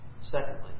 Secondly